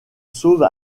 sauve